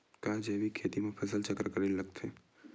का जैविक खेती म फसल चक्र करे ल लगथे?